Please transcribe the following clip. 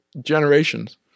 generations